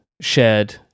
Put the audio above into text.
shared